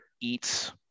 eats